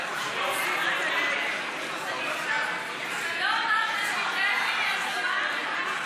היושב-ראש, אתה לא אמרת שתיתן לי השלמה?